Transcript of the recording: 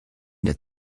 der